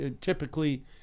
Typically